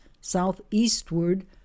southeastward